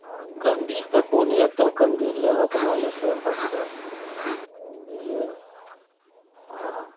हँ कैण्डल तऽ कोन एकटा कैण्डल लेब अपना लेसयके वास्ते बुझलियै आओर